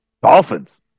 Dolphins